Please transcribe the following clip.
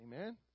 Amen